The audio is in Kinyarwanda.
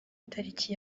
itariki